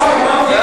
הוא הבא, כמעט הבא